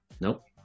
Nope